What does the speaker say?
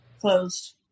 closed